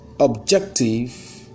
objective